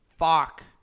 Fuck